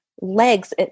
Legs